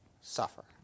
suffer